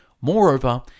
Moreover